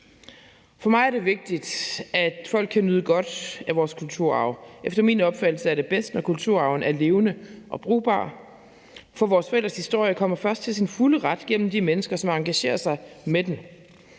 For mig er det vigtigt, at folk kan nyde godt af vores kulturarv. Efter min opfattelse er det bedst, når kulturarven er levende og brugbar, for vores fælles historie kommer først til sin fulde ret gennem de mennesker, som engagerer sig i den.